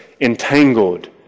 entangled